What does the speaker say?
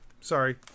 Sorry